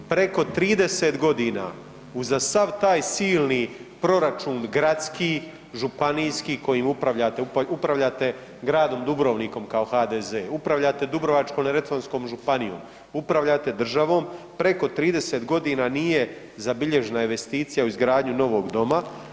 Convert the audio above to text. Preko 30.g. uza sav taj silni proračun gradski, županijski kojim upravljate, upravljate gradom Dubrovnikom kao HDZ, upravljate Dubrovačko-neretvanskom županijom, upravljate državom, preko 30.g. nije zabilježena investicija u izgradnju novog doma.